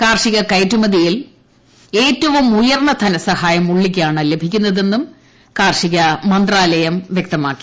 കാർഷിക കയറ്റുമതിയിൽ ഏറ്റവും ഉയർന്ന ധനസഹായം ഉള്ളിയ്ക്കാണ് ലഭിക്കുന്നതെന്നും കാർഷിക മന്ത്രാലയം വ്യക്തമാക്കി